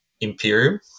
Imperium